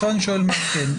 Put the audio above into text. עכשיו אני שואל מה כן.